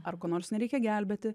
ar ko nors nereikia gelbėti